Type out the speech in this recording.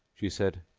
she said,